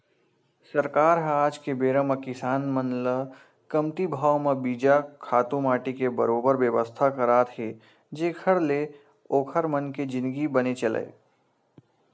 सरकार ह आज के बेरा म किसान मन ल कमती भाव म बीजा, खातू माटी के बरोबर बेवस्था करात हे जेखर ले ओखर मन के जिनगी बने चलय